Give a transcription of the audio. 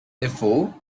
therefore